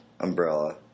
Umbrella